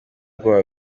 bwoba